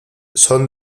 son